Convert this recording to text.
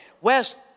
West